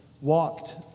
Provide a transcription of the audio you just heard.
walked